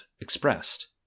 expressed